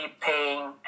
paying